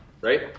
Right